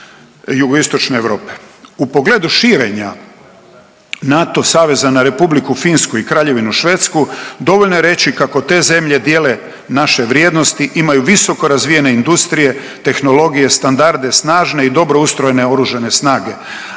U pogledu širenja NATO saveza na Republiku Finsku i Kraljevinu Švedsku dovoljno je reći kako te zemlje dijele naše vrijednosti, imaju visoko razvijene industrije, tehnologije, standarde, snažne i dobro ustrojene oružane snage,